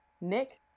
Nick